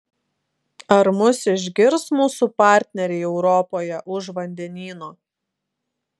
ar mus išgirs mūsų partneriai europoje už vandenyno